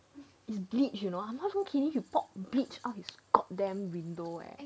it's bleach you know I'm not even kidding he pour bleach out his got damn window eh